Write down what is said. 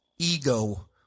Ego